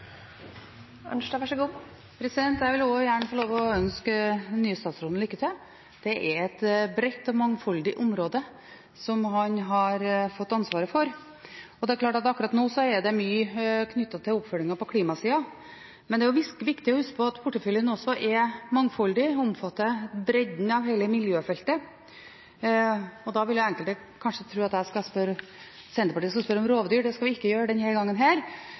et bredt og mangfoldig område som han har fått ansvaret for. Akkurat nå er det mye knyttet til oppfølging på klimasida. Men det er viktig å huske på at porteføljen er mangfoldig og omfatter bredden av hele miljøfeltet. Da vil enkelte kanskje tro at Senterpartiet skal spørre om rovdyr. Det skal vi ikke gjøre denne gangen.